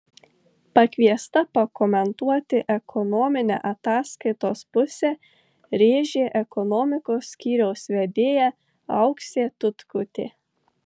pakviesta pakomentuoti ekonominę ataskaitos pusę rėžė ekonomikos skyriaus vedėja auksė tutkutė